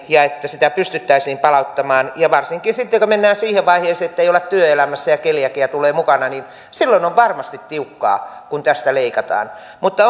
ja että sitä pystyttäisiin palauttamaan varsinkin sitten kun mennään siihen vaiheeseen että ei olla työelämässä ja keliakia tulee mukana on varmasti tiukkaa kun tästä leikataan mutta